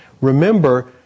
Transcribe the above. Remember